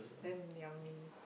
then yummy